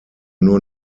nur